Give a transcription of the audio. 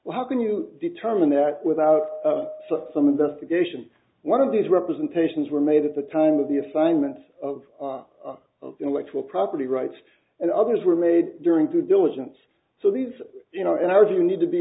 how can you determine that without some investigation one of these representations were made at the time of the assignment of intellectual property rights and others were made during through diligence so these you know and i urge you need to be